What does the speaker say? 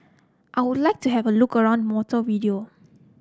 I would like to have a look around Montevideo